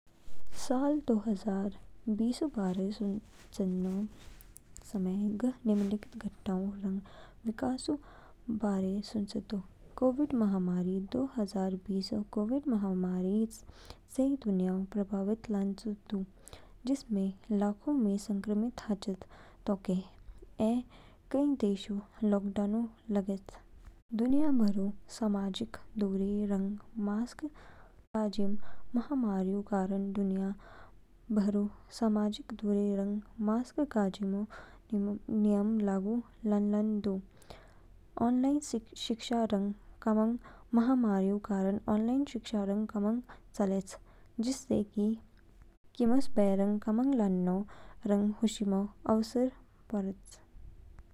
साल दो हजार बीसऊ बारे सुचेनो समय, ग निम्नलिखित घटनाओंऊ रंग विकासोंऊके बारे सुचेतोक। कोविडऊ महामारी दो हजार बीसऊ कोविड महामारी इस चेई दुनियाऊ प्रभावित लान्च दू, जिसमें लाखों मी संक्रमित हाचिस तोके ऐ कई देशऊ लॉकडाउन लागेगे तोच। दुनिया भरऊ सामाजिक दूरी रंग मास्क गाजिम महामारीऊ कारण, दुनिया भरऊ सामाजिक दूरी रंग मास्क गाजिमो नियम लागू लानलान दूंगे। ऑनलाइन शिक्षा रंग कामंग महामारीऊ कारण, ऑनलाइन शिक्षा रंग कामंगऊ चेलेच, जिससे मि किमोस बौरंग कामंग लानो रंग हुशिमो अवसर परेच।